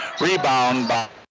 Rebound